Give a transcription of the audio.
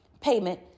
payment